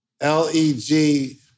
L-E-G